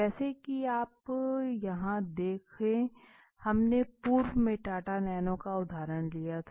जैसा कि आप यहां देख हमने पूर्व में टाटा नैनो का उदहारण लिया था